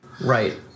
Right